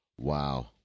Wow